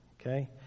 okay